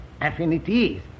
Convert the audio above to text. affinities